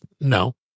No